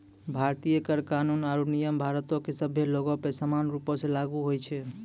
भारतीय कर कानून आरु नियम भारतो के सभ्भे लोगो पे समान रूपो से लागू होय छै